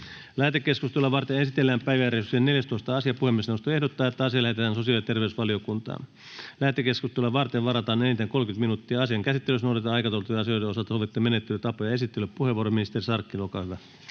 Lähetekeskustelua varten esitellään päiväjärjestyksen 14. asia. Puhemiesneuvosto ehdottaa, että asia lähetetään sosiaali- ja terveysvaliokuntaan. Lähetekeskustelua varten varataan enintään 30 minuuttia. Asian käsittelyssä noudatetaan aikataulutettujen asioiden osalta sovittuja menettelytapoja. — Esittelypuheenvuoro, ministeri Sarkkinen, olkaa hyvä.